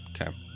Okay